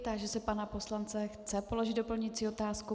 Táži se pana poslance chce položit doplňující otázku.